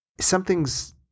something's